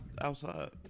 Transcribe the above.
outside